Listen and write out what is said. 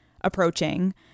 approaching